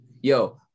Yo